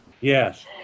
Yes